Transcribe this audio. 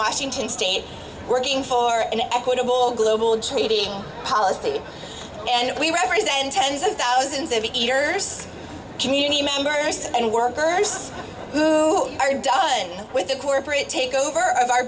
washington state working for an equitable global trading policy and we represent tens of thousands of eaters community members and workers who are done with the corporate takeover of our